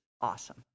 awesome